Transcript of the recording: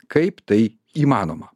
kaip tai įmanoma